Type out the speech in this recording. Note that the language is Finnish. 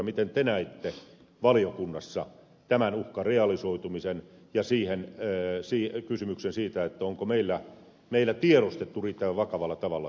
miten te näitte valiokunnassa tämän uhkan realisoitumisen ja kysymyksen siitä onko meillä tiedostettu riittävän vakavalla tavalla